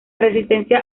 resistencia